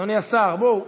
אדוני השר, בואו.